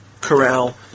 Corral